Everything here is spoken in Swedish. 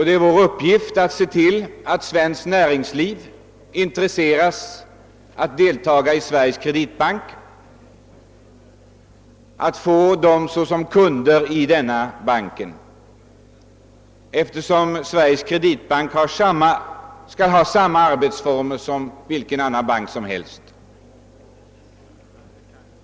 Det är vår uppgift att se till att svenskt näringsliv blir intresserat av att anlita denna bank, eftersom Sveriges kreditbank skall ha samma arbetsformer som vilken annan bank som helst.